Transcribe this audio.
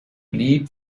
blieb